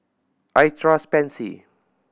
I trust Pansy